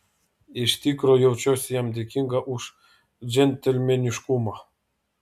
iš tikro jaučiuosi jam dėkinga už džentelmeniškumą